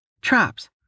Traps